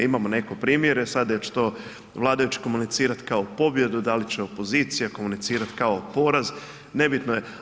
Imamo neko primirje sada hoće li to vladajući komunicirati kao pobjedu, da li će opozicija komunicirati kao poraz nebitno je.